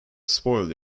spoil